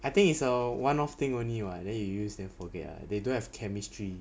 I think is a one off thing only [what] then you use then forget lah they don't have chemistry